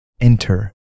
enter